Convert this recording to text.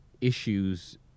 issues